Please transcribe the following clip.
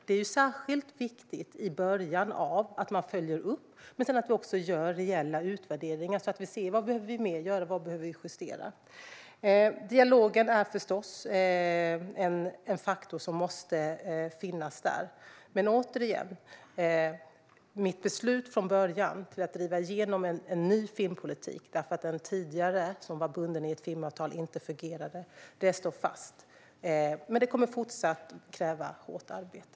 Det är särskilt viktigt i början att man följer upp men att vi sedan också gör reella utvärderingar så att vi ser vad vi mer behöver göra och vad vi behöver justera. Dialogen är förstås en faktor som måste finnas där. Men återigen, mitt beslut från början att driva igenom en ny filmpolitik därför att den tidigare, som var bunden i ett filmavtal, inte fungerade står fast. Men det kommer fortsatt att kräva hårt arbete.